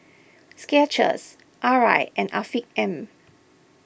Skechers Arai and Afiq M